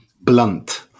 blunt